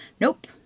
Nope